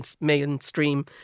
mainstream